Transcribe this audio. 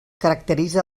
caracteritza